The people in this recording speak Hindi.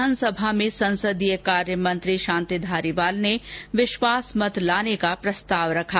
विधानसभा में संसदीय कार्य मंत्री शांति धारीवाल ने विश्वास मत लाने का प्रस्ताव रखा